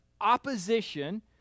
opposition